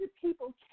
people